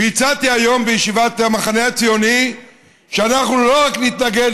והצעתי היום בישיבת המחנה הציוני שאנחנו לא רק נתנגד